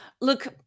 look